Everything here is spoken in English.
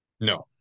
no